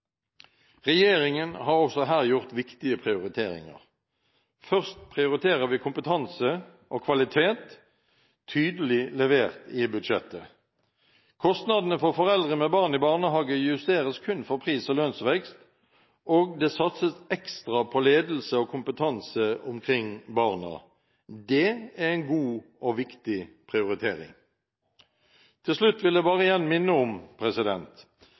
Regjeringen har også her gjort viktige prioriteringer. Først prioriterer vi kompetanse og kvalitet, tydelig levert i budsjettet. Kostnadene for foreldre med barn i barnehage justeres kun for pris- og lønnsvekst, og det satses ekstra på ledelse og kompetanse omkring barna. Det er en god og viktig prioritering. Til slutt vil jeg bare igjen minne om